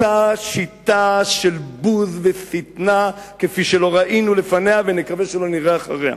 אותה שיטה של בוז ושטנה כפי שלא ראינו לפניה ונקווה שלא נראה אחריה.